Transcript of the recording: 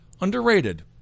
underrated